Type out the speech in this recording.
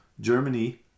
Germany